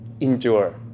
Endure